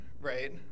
right